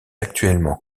actuellement